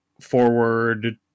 forward